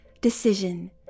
decision